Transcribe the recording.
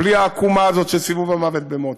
בלי העקומה הזאת של סיבוב המוות במוצא,